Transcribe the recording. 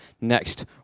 next